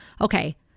Okay